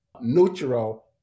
neutral